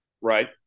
right